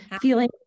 feeling